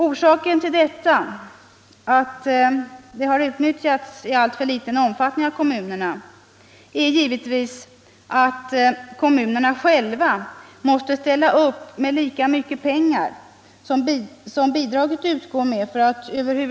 Orsaken till att bidraget har utnyttjats i alltför liten omfattning är givetvis att kommunerna för att över huvud taget få något bidrag själva måste ställa upp med lika mycket pengar som bidraget utgår med.